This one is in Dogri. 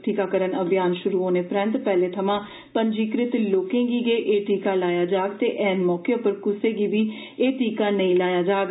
टीकाकरण अभियान शुरु होने परैन्त पैह्ने थमां पंजीकृत लोके गी गै एह टीका लाया जाग ते ऐन मौके उप्पर कुसै बी एह टीका नेई लाया जाग